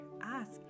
ask